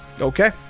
okay